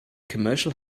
commercial